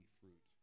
fruit